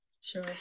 Sure